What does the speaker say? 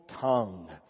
tongue